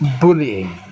bullying